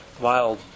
wild